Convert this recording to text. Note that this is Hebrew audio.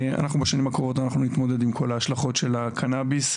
אנחנו בשנים הקרובות נתמודד עם על ההשלכות של הקנאביס,